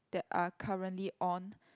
that are currently on